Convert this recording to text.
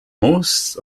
most